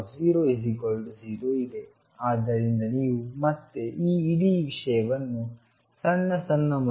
ಆದ್ದರಿಂದ ನೀವು i1i x ಅನ್ನು ಬರೆಯುತ್ತೇವೆ ಮತ್ತು ನಾವು ಈ ಮೊದಲು ಮಾಡಿದ ಎಲ್ಲಾ ಹಂತಗಳನ್ನು x 0 ರಿಂದ x0ವರೆಗೆ ಸಂಯೋಜಿಸುತ್ತೇವೆ